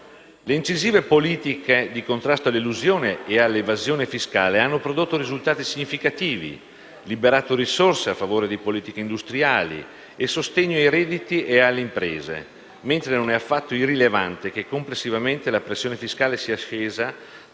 Le incisive politiche di contrasto all'elusione e all'evasione fiscale hanno prodotto risultati significativi e liberato risorse a favore di politiche industriali e sostegno ai redditi e alle imprese, mentre non è affatto irrilevante che complessivamente la pressione fiscale sia scesa